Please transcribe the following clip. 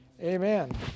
amen